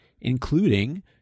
including